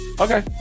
Okay